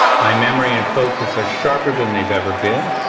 my memory and focus are sharper than they've ever been.